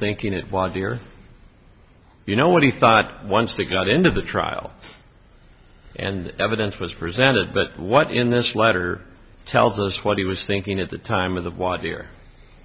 thinking it was you know what he thought once they got into the trial and evidence was presented but what in this letter tells us what he was thinking at the time of the watch here